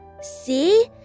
See